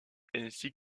ainsi